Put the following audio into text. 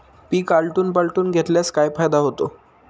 पीक आलटून पालटून घेतल्यास काय फायदा होतो?